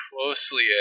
closely